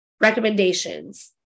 recommendations